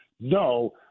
No